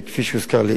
א.